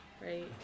right